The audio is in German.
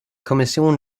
kommission